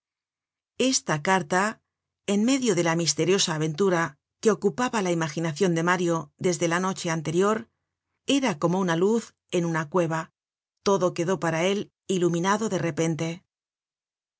esta carta en medio de la misteriosa aventura que ocupaba la content from google book search generated at imaginacion de mario desde la noche anterior era como una luz en una cueva todo quedó para él iluminado de repente